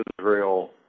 Israel